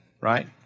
right